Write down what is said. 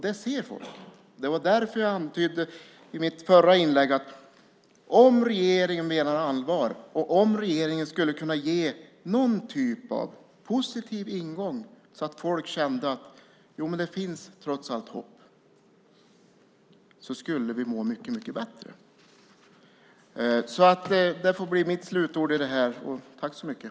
Det ser folk. Det var därför jag antydde i mitt förra inlägg att om regeringen menar allvar, och om regeringen skulle kunna ge någon typ av positiv ingång så att folk känner att det trots allt finns hopp, skulle vi må mycket bättre. Det får blir mina slutord i den här debatten.